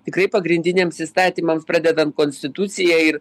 tikrai pagrindiniams įstatymams pradedant konstitucija ir